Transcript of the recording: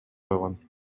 койгон